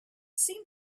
seemed